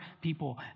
people